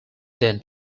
then